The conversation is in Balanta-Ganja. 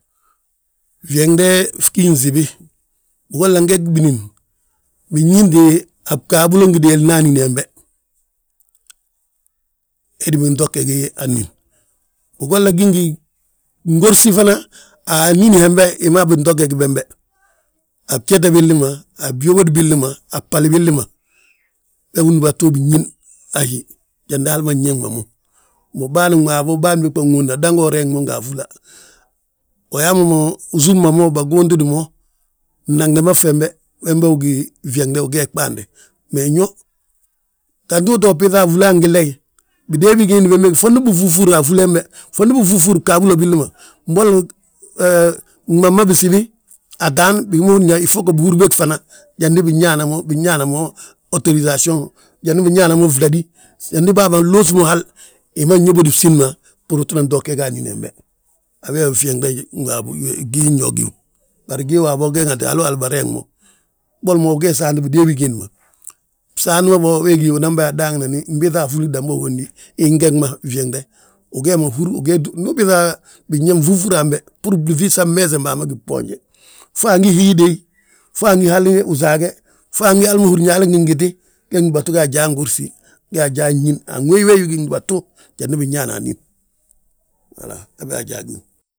fyeŋnde fgí fsibi, bigolla nge binín, binñínti a bgabulona anín hembe, hedi binto gegi anín. Bigolla gí ngi gingorsi fana, anín hembe hi ma binto gegi bembe, a bjete billi ma, a byódo billi ma, a bhali billi ma, we win dúbatu binñín a hí jandi hal ma nyeeŋ ma mo. Mbo, bâan waabo, bân ba ŋóodna dango uriŋ mo nga afúla. Uyaa ma mo, basúm mo, baguuntiti mo, fnaŋdi ma fembe, wembe gí fyeŋde ugee ɓaande; Mee nyo, gantu uto biiŧa afúla han gilaayi, bidée bigiindi bembege fondi bifúfura afúli hembe, fondi bifúfur bgaabilo billi ma. Mbolo gmama bisibi, ataan bigi ma húrin yaa ifogo, bihúri bége fana njandi binñaana mo, binñaana mo otorisasiyoŋ, jandi binñaana mo fladí, jandi baa ma nlusu mo hal, hi ma nyóbodi bsín ma, bbúru utinan to ge anín hembe. A wee wi fnyeŋde waabo, gii nyo gíw, bari gii waabo ge ŋatu halo hala bareŋi mo. Boli mo uge saanti bidée bigiindi ma, fsaanti ma bo wee gí unan bà yaa: Daanginani mbiiŧa afúla damba uhondi, ingeg ma fnyeŋde, ugee ma húr, ndu ubiiŧa, biñaŋ nfúfuri hambe, bbúru blúŧi san mmeesen baa ma gí boonje fo angí hii déeyi, fo angí hali usaage, fo angí hali ma húri yaa fo angi hali gingiti; Ge gdúbatu ge ajaa ngorsi, ge ajaa nñín anwéeyi wée gi gdúbatu jandi binyaana anín wala habe ajaa gíw.